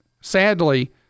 sadly